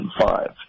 2005